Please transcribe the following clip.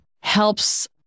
helps